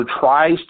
tries